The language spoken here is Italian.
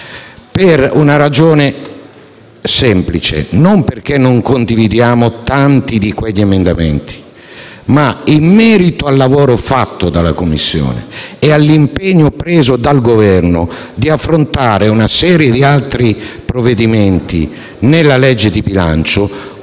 per una ragione semplice: non perché non condividiamo tanti di quegli emendamenti, ma in virtù del lavoro svolto dalla Commissione e dell'impegno assunto dal Governo di affrontare una serie di altri provvedimenti nella legge di bilancio.